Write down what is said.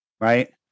Right